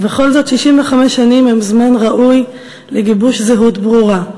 ובכל זאת 65 שנים הן זה זמן ראוי לגיבוש זהות ברורה,